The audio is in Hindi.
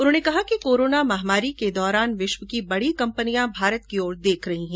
उन्होने कहा कि कोरोना महामारी के दौरान विश्व की बड़ी कंपनियां भारत की ओर देख रही हैं